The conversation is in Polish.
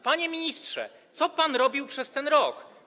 Panie ministrze, co pan robił przez ten rok?